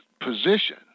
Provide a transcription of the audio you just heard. position